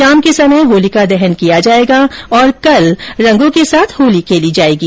शाम के समय होलिका दहन किया जायेगा और कल रंगों के साथ होली खेली जायेगी